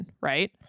right